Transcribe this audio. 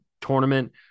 tournament